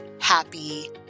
happy